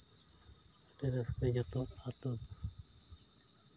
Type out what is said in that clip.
ᱟᱹᱰᱤ ᱨᱟᱹᱥᱠᱟᱹ ᱡᱚᱛᱚ ᱟᱛᱳ